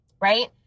right